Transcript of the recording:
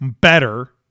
better